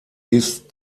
ist